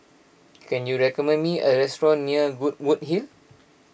can you recommend me a restaurant near Goodwood Hill